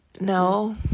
No